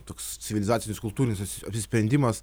toks civilizacinis kultūrinis apsisprendimas